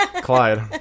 clyde